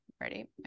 Ready